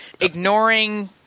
ignoring